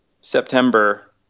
September